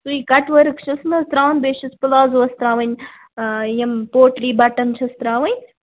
سُے کَٹ ؤرٕک چھُس نا حظ تراوٕنۍ بیٚیہِ چھِس پلازوس تراوٕنۍ یِم پوٹلی بَٹَن چھِس تراوٕنۍ